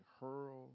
hurl